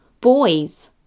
Boys